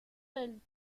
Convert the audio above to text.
del